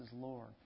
Lord